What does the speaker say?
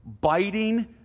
biting